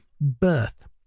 birth